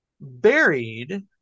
buried